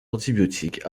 antibiotiques